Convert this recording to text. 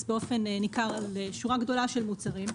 באופן ניכר על שורה גדולה של מוצרים.